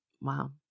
wow